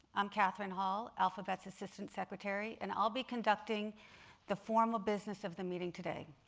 i'm kathryn hall, alphabet's assistant secretary, and i'll be conducting the formal business of the meeting today.